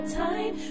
time